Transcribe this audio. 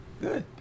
Good